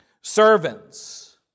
servants